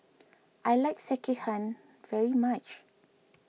I like Sekihan very much